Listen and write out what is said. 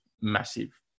massive